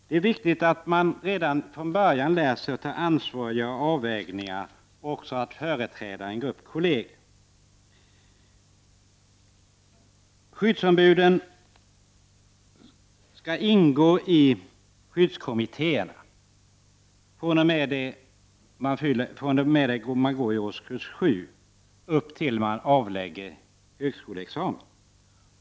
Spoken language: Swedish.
Det är viktigt att eleverna redan från början lär sig att ta ansvar för beslut och att företräda en grupp kolleger. Skyddsombuden skall ingå i skyddskommittéerna från årskurs 7 till dess de avlägger högskoleexamen.